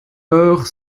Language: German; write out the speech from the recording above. auch